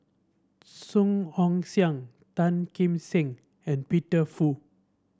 Song Ong Siang Tan Kim Seng and Peter Fu